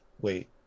Wait